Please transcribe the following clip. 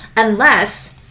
unless,